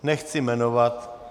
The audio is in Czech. Nechci jmenovat.